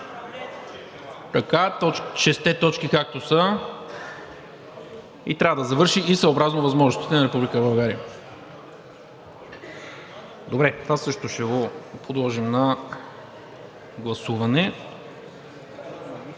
шестте точки, както са, и трябва да завърши – и съобразно възможностите на Република България.“ Добре, това също ще го подложим на гласуване.